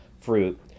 fruit